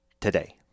today